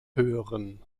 hören